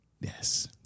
Yes